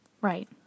Right